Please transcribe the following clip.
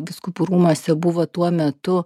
vyskupų rūmuose buvo tuo metu